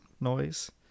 noise